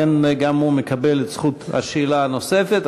לכן גם הוא מקבל את זכות השאלה הנוספת.